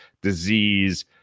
disease